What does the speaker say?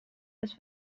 das